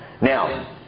Now